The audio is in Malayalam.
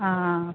ആ ആ ആ